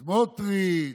סמוטריץ'.